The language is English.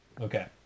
Okay